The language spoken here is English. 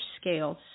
scales